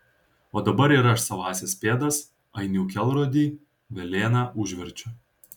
o dabar ir aš savąsias pėdas ainių kelrodį velėna užverčiu